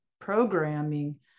programming